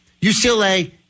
UCLA